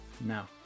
now